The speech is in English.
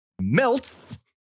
melts